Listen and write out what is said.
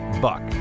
BUCK